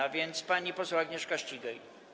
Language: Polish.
A więc pani poseł Agnieszka Ścigaj.